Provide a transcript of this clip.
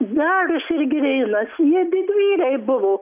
darius ir girėnas jie didvyriai buvo